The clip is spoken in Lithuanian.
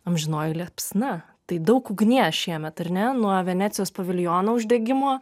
amžinoji liepsna tai daug ugnies šiemet ar ne nuo venecijos paviljono uždegimo